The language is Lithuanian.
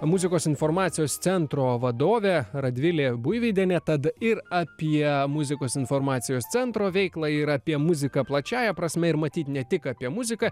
muzikos informacijos centro vadovė radvilė buivydienė tad ir apie muzikos informacijos centro veiklą ir apie muziką plačiąja prasme ir matyt ne tik apie muziką